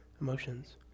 emotions